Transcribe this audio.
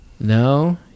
No